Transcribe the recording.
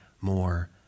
more